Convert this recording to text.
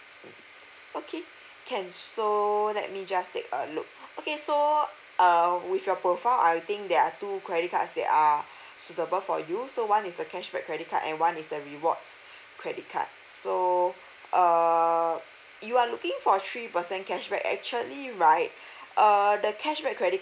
okay can so let me just take a look okay so uh with your profile I think there are two credit cards that are suitable for you so one is the cashback credit card and one is the rewards credit card so err you are looking for three percent cashback actually right err the cashback credit